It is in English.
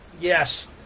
Yes